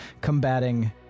combating